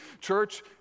church